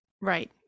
Right